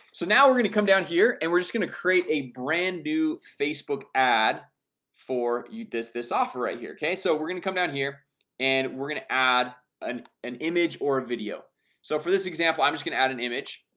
so now we're gonna come down here and we're just gonna create a brand new facebook ad for you this this offer right here okay, so we're gonna come down here and we're gonna add an an image or a video so for this example, i'm just gonna add an image